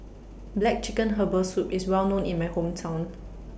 Black Chicken Herbal Soup IS Well known in My Hometown